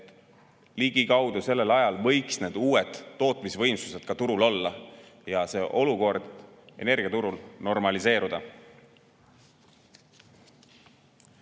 et ligikaudu sellel ajal võiks need uued tootmisvõimsused turul olla ja olukord energiaturul normaliseeruda.